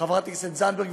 חברת הכנסת זנדברג,